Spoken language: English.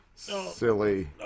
Silly